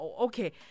Okay